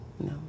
No